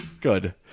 good